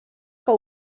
que